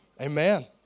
Amen